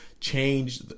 change